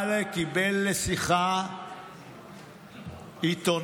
אבל קיבל לשיחה עיתונאי,